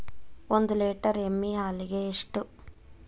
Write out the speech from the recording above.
ಒಂದು ಲೇಟರ್ ಎಮ್ಮಿ ಹಾಲಿಗೆ ಎಷ್ಟು?